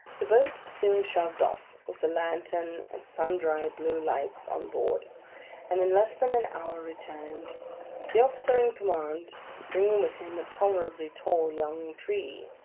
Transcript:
the boat soon shoved off, with a lantern and sundry blue lights on board and in less than an hour returned the officer in command bringing with him a tolerably tall young tree,